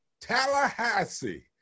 Tallahassee